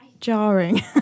jarring